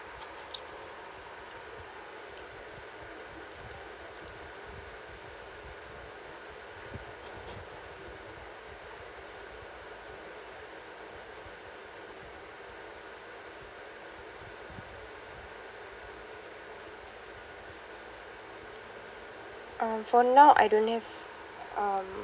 um for now I don't have um